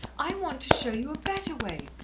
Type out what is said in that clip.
i want to show you a better way.